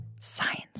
Science